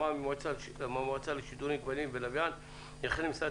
הוועדה שמעה מהמועצה לשידורים בכבלים ובלוויין וכן ממשרד